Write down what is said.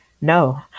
no